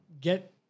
get